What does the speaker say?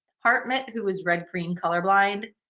hartmut, who was red green colorblind,